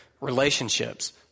relationships